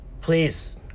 Please